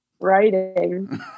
writing